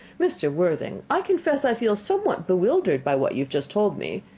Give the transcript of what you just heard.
mr. worthing, i confess i feel somewhat bewildered by what you have just told me.